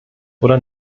oder